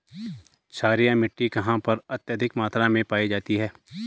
क्षारीय मिट्टी कहां पर अत्यधिक मात्रा में पाई जाती है?